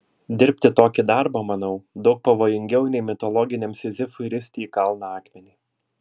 dirbti tokį darbą manau daug pavojingiau nei mitologiniam sizifui risti į kalną akmenį